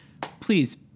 please